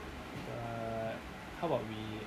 err how about we